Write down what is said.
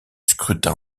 scrutin